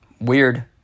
Weird